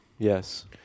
Yes